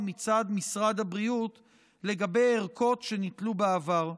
מצד משרד הבריאות לגבי ערכות שניטלו בעבר.